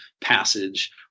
passage